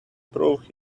prove